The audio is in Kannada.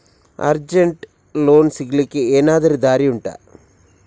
ಅರ್ಜೆಂಟ್ಗೆ ಲೋನ್ ಸಿಗ್ಲಿಕ್ಕೆ ಎನಾದರೂ ದಾರಿ ಉಂಟಾ